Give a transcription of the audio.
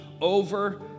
over